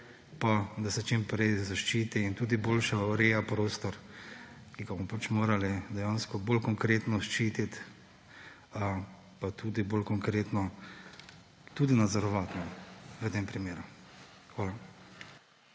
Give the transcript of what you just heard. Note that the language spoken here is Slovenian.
Pa da se čim prej zaščiti in tudi boljše ureja prostor, ki ga bomo pač morali dejansko bolj konkretno ščititi pa tudi bolj konkretno nadzorovati v tem primeru. Hvala.